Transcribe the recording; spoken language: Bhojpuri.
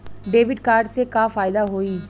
डेबिट कार्ड से का फायदा होई?